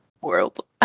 world